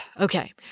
Okay